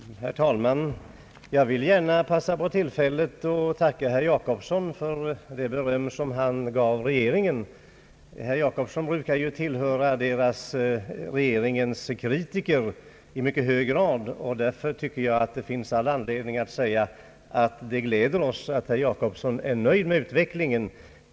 Herr talman! Jag vill gärna passa på tillfället att tacka herr Jacobsson för det beröm som han gav regeringen. Herr Jacobsson brukar ju tillhöra regeringens kritiker i mycket hög grad, och därför tycker jag att det är all anledning att säga att det gläder oss att herr Jacobsson är nöjd med utveckling en.